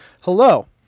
hello